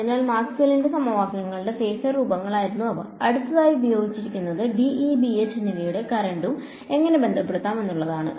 അതിനാൽ മാക്സ്വെല്ലിന്റെ സമവാക്യങ്ങളുടെ ഫേസർ രൂപങ്ങളായിരുന്നു അവ അടുത്തതായി ഉപയോഗിക്കുന്നത് D E B H എന്നിവയും കറന്റും എങ്ങനെ ബന്ധപ്പെടുത്താം എന്നതാണ്